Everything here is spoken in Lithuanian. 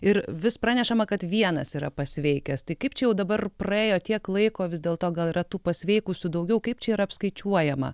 ir vis pranešama kad vienas yra pasveikęs tai kaip čia jau dabar praėjo tiek laiko vis dėlto gal yra tų pasveikusių daugiau kaip čia yra apskaičiuojama